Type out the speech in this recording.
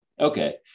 Okay